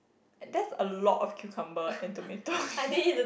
that's a lot of cucumber and tomato